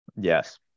Yes